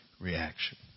reaction